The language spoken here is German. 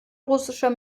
russischer